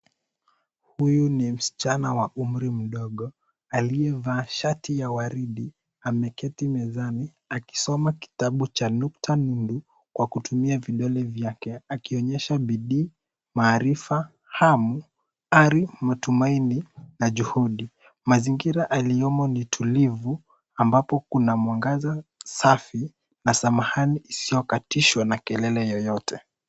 Huyu ni msichana wa umri mdogo aliyevaa shati ya waridi, ameketi mezani akisoma kitabu cha nukta nundu kwa kutumia vidole vyake akionyesha bidii, maarifa, hamu, ari, matumaini na juhudi. Mazingira aliyomo ni tulivu ambapo kuna mwangaza safi na samahani isiyokatishwa na kelele yoyote.